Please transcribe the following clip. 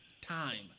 time